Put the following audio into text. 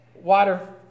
water